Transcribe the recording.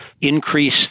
increase